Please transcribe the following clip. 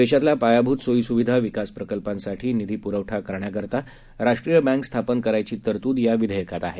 देशातल्या पायाभूत सोयीसुविधा विकास प्रकल्पांसाठी निधी पुरवठा करण्याकरता राष्ट्रीय बँक स्थापन करायची तरतुद या विधेयकात आहे